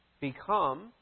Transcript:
become